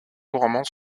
couramment